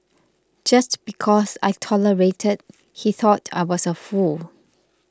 just because I tolerated he thought I was a fool